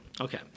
Okay